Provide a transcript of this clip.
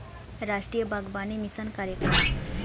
रास्टीय बागबानी मिसन कार्यकरम